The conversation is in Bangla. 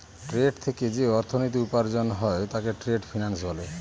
ট্রেড থেকে যে অর্থনীতি উপার্জন হয় তাকে ট্রেড ফিন্যান্স বলে